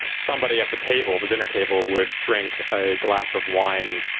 somebody at the table, the dinner table, would drink a glass of wine,